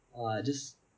!wah! just